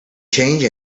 change